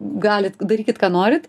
galit daryt ką norit